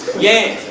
yams.